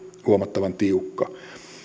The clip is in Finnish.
huomattavan tiukka